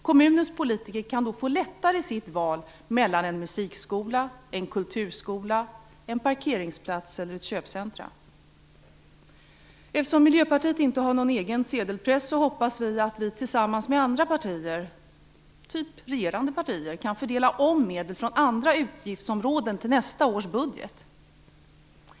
Kommunens politiker kan då få det lättare i sitt val mellan en musikskola, en kulturskola, en parkeringsplats eller ett köpcenter. Eftersom Miljöpartiet inte har någon egen sedelpress, hoppas vi att vi tillsammans med andra partier, av typen regerande partier, kan fördela om medel från andra utgiftsområden till nästa års budget.